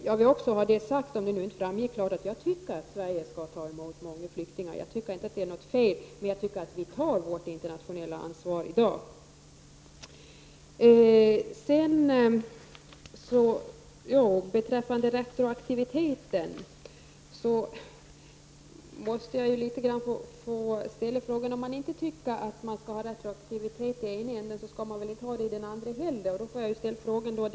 Jag vill också säga — om det inte framgick klart tidigare — att jag tycker att Sverige skall ta emot många flyktingar. Jag tycker inte att det är något fel, men jag tycker att vi tar vårt internationella ansvar i dag. Beträffande retroaktiviteten vill jag säga att om man inte tycker att man skall ha retroaktivitet i en ände så kan man väl inte ha det i den andra ändan heller.